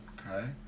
Okay